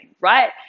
right